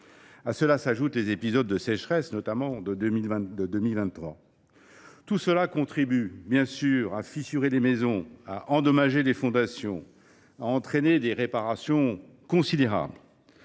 Ajoutons y les épisodes de sécheresse, notamment en 2023. Tout cela contribue, bien sûr, à fissurer les maisons, à endommager les fondations et à entraîner des réparations considérables,